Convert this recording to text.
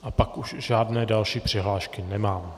A pak už žádné další přihlášky nemám.